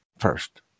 first